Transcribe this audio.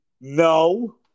No